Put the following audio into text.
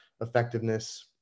effectiveness